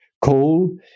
coal